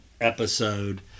episode